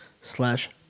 slash